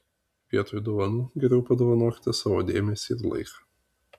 vietoj dovanų geriau padovanokite savo dėmesį ir laiką